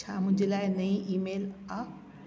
छा मुंहिंजे लाइ नई ईमेल आहे